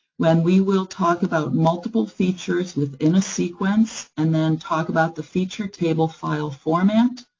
when we will talk about multiple features within a sequence, and then talk about the feature table file format,